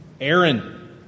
Aaron